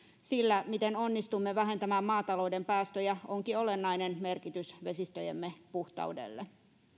sillä miten onnistumme vähentämään maatalouden päästöjä onkin olennainen merkitys vesistöjemme puhtaudelle